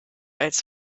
als